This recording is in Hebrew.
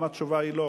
התשובה היא לא.